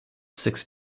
six